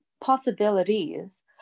Possibilities